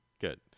good